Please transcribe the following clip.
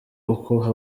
uko